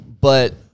But-